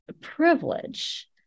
privilege